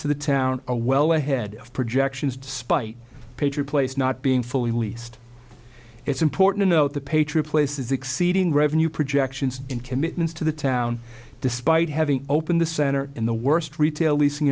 to the town a well ahead of projections despite picture place not being fully least it's important to note the patriot place is exceeding revenue projections in commitments to the town despite having opened the center in the worst retail leasing